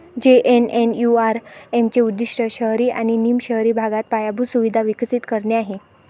JNNURM चे उद्दीष्ट शहरी आणि निम शहरी भागात पायाभूत सुविधा विकसित करणे आहे